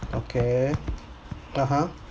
okay (uh huh)